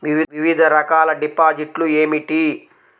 వివిధ రకాల డిపాజిట్లు ఏమిటీ?